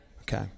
Okay